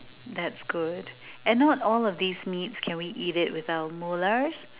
that's good and not all of these meats can we eat it with our molars